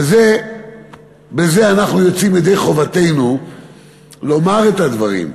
בזה אנחנו יוצאים ידי חובתנו לומר את הדברים,